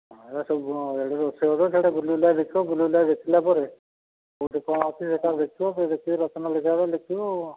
ଆଉ ସବୁ ଏଆଡ଼େ ରୋଷେଇ ହଉଥିବ ସିଆଡ଼େ ବୁଲିବୁଲା ଦେଖିବ ବୁଲିବୁଲାକି ଦେଖିଲା ପରେ କେଉଁଠି କ'ଣ ଅଛି ସେଇଟା ଦେଖିବ ଦେଖିକି ରଚନା ଲେଖିବା କଥା ଲେଖିବ ଆଉ